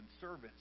servants